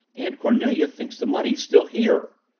aunt cornelia thinks the money's still here.